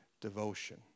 devotion